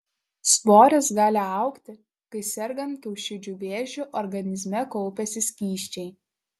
svoris gali augti kai sergant kiaušidžių vėžiu organizme kaupiasi skysčiai